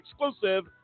exclusive